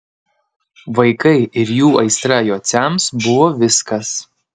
vaikai ir jų aistra jociams buvo viskas